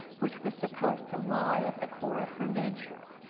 which was supposed to lie at the core of her nature.